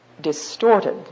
distorted